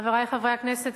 חברי חברי הכנסת,